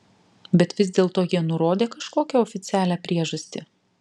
bet vis dėlto jie nurodė kažkokią oficialią priežastį